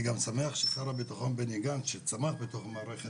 אני גם שמח ששר הביטחון בני גנץ שצמח בתוך המערכת,